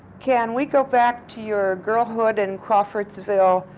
can we go back to your girlhood in crawfordsville,